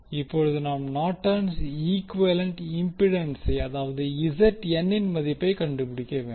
இப்போது நாம் Norton's norton's equivalent இம்பிடன்சை அதாவது ஐ மதிப்பை கண்டுபிடிக்க வேண்டும்